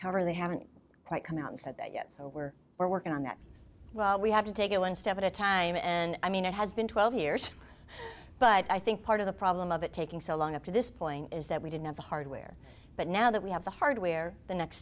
however they haven't quite come out and said that yet so we're working on that we have to take it one step at a time and i mean it has been twelve years but i think part of the problem of it taking so long up to this point is that we didn't have the hardware but now that we have the hardware the next